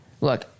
look